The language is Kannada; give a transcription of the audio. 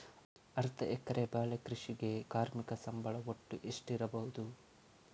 ಅರ್ಧ ಎಕರೆಯ ಬಾಳೆ ಕೃಷಿಗೆ ಕಾರ್ಮಿಕ ಸಂಬಳ ಒಟ್ಟು ಎಷ್ಟಿರಬಹುದು?